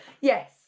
Yes